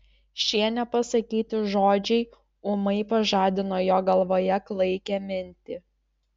šie nepasakyti žodžiai ūmai pažadino jo galvoje klaikią mintį